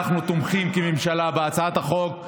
ואנחנו תומכים כממשלה בהצעת החוק.